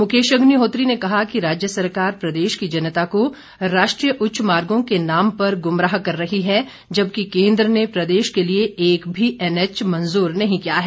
मुकेश अग्निहोत्री ने कहा कि राज्य सरकार प्रदेश की जनता को राष्ट्रीय उच्च मार्गों के नाम पर गुमराह कर रही है जबकि केंद्र ने प्रदेश के लिए एक भी एनएच मंजूर नहीं किया है